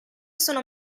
sono